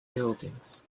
buildings